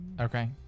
Okay